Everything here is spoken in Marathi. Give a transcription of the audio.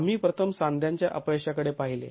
आम्ही प्रथम सांध्यांच्या अपयशाकडे पाहिले